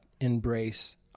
embrace